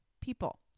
people